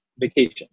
vacation